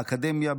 באקדמיה,